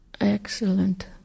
excellent